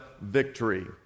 Victory